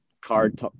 card